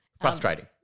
frustrating